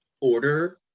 order